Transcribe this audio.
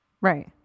Right